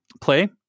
play